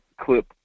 clip